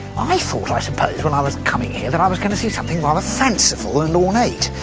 i thought, i suppose, when i was coming here that um was gonna see something rather fanciful and ornate,